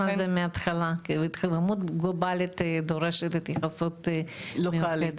התחממות גלובלית דורשת התייחסות לא קלה,